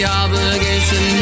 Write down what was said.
obligation